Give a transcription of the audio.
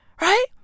right